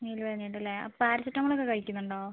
മേല് വേദന ഉണ്ടല്ലേ പാരസെറ്റാമോൾ ഒക്കെ കഴിക്കുന്നുണ്ടോ